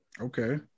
Okay